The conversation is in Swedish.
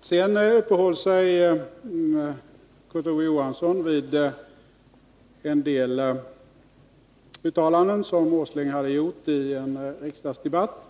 Sedan uppehöll sig Kurt Ove Johansson vid en del uttalanden av Nils Åsling i en riksdagsdebatt.